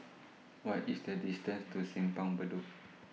What IS The distance to Simpang Bedok